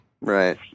Right